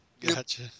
Gotcha